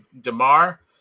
DeMar –